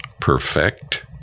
perfect